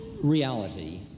reality